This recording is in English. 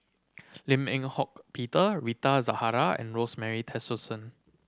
Lim Eng Hock Peter Rita Zahara and Rosemary Tessensohn